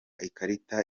ikarita